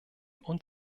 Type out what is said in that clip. und